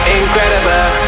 incredible